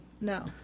No